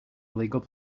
illegal